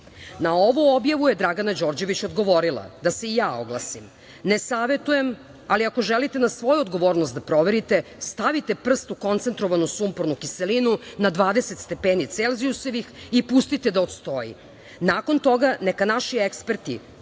Na ovu objavu je Dragana Đorđević odgovorila: „da se i ja oglasim, ne savetujem, ali ako želite na svoju odgovornost da proverite, stavite prst u koncentrovanu sumpornu kiselinu na 20 stepeni celzijusovih i pustite da odstoji, nakon toga neka naši eksperti